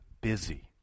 busy